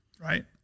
right